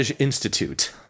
Institute